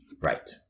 Right